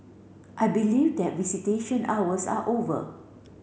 I believe that visitation hours are over